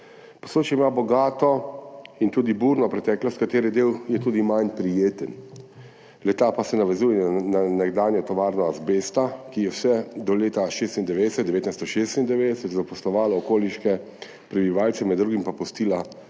Posočje ima bogato in tudi burno preteklost, katere del je tudi manj prijeten, le-ta pa se navezuje na nekdanjo tovarno azbesta, ki je vse do leta 1996 zaposlovala okoliške prebivalce, med drugim pa pustila